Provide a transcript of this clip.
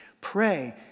Pray